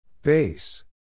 Base